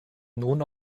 nun